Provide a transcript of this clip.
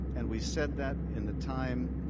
and we said that in the time,